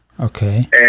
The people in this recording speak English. Okay